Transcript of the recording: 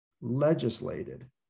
legislated